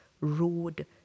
road